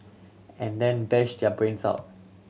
and then bash their brains out